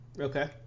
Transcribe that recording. Okay